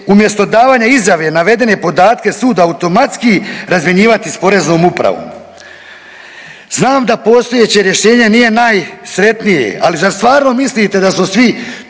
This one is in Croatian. umjesto davanja izjave navedene podatke sud automatski razmjenjivati s Poreznom upravom. Znam da postojeće rješenje nije najsretnije, ali zar stvarno mislite da su svi